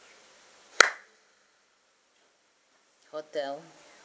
hotel